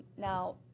Now